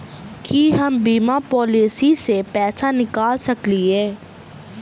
की हम बीमा पॉलिसी सऽ पैसा निकाल सकलिये?